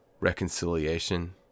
reconciliation